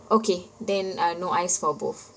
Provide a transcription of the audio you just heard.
okay then uh no ice for both